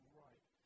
right